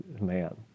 man